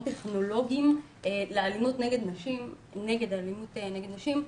טכנולוגיים למניעת אלימות נגד נשים,